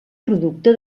producte